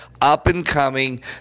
up-and-coming